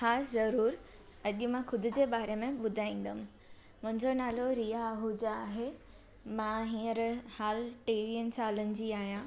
हा ज़रूर अॼु मां खुद जे बारे में ॿुधाईंदमि मुंहिंजो नालो रिया आहूजा आहे मां हीअंर हाल टेवीहनि सालनि जी आहियां